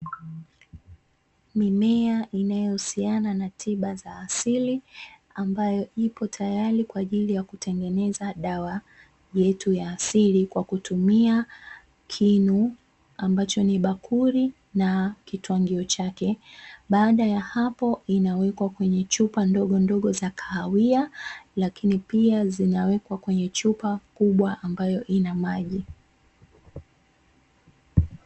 Mimea inayohusiana na tiba asili, ambayo ipo tayari kwa ajili ya kutengeneza dawa yetu ya asili, kwa kutumia kinu ambacho ni bakuri na kitwagio chake, baada ya hapo inawekwa kwenye chupa ndogondogo za kahawia, lakini pia zinawekwa kwenye chupa kubwa ambayo ina maji.